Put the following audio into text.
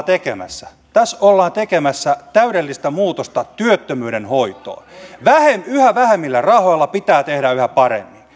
tekemässä tässä ollaan tekemässä täydellistä muutosta työttömyyden hoitoon yhä vähemmillä rahoilla pitää tehdä yhä paremmin